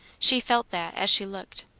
she felt that, as she looked.